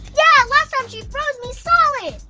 yeah last time she froze me solid! shh.